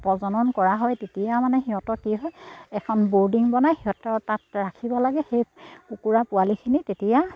প্ৰজনন কৰা হয় তেতিয়াও মানে সিহঁতৰ কি হয় এখন ব'ৰ্ডিং বনাই সিহঁতৰ তাত ৰাখিব লাগে সেই কুকুৰা পোৱালিখিনি তেতিয়া